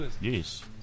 Yes